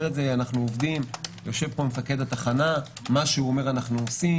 יושב פה מפקד התחנה, מה שהוא אומר אנחנו עושים.